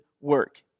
work